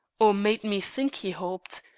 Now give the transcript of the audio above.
or made me think he hoped,